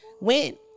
Went